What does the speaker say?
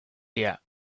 here